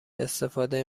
استفاده